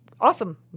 awesome